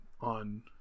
on